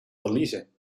verliezen